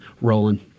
rolling